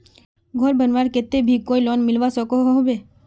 घोर बनवार केते भी कोई लोन मिलवा सकोहो होबे?